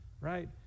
Right